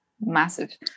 massive